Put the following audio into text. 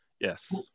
yes